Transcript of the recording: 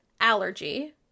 allergy